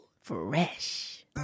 Fresh